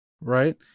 Right